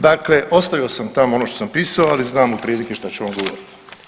Dakle, ostavio sam tamo ono što sam pisao, ali znam otprilike što ću vam govoriti.